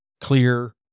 clear